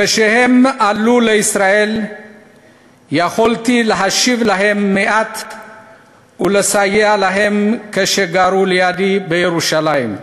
כשהם עלו לישראל יכולתי להשיב להם מעט ולסייע להם כשגרו לידי בירושלים.